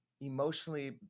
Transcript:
emotionally